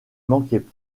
manquaient